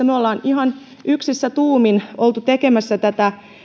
me olemme ihan yksissä tuumin olleet tekemässä tätä